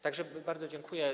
Tak że bardzo dziękuję.